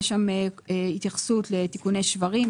יש שם התייחסות לתיקוני שברים,